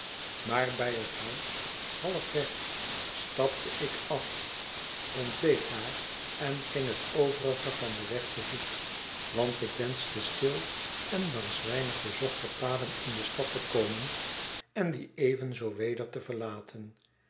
maar bij het huis halfweg stapte ik af ontbeet daar en ging het overige van den weg te voet want ik wenschte stilen langs weinig bezochte paden in de stad te komen en die evenzoo weder te verlaten